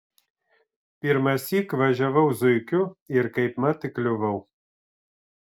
pirmąsyk važiavau zuikiu ir kaipmat įkliuvau